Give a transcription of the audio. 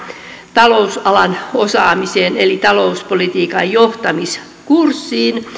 talousalan osaamis eli talouspolitiikan johtamiskurssille